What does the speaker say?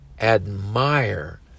admire